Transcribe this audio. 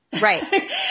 Right